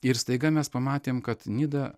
ir staiga mes pamatėm kad nida